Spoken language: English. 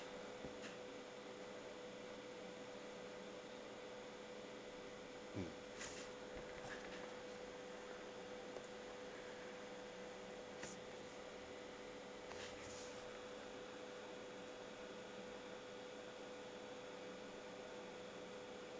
mm